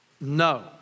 No